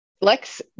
Lex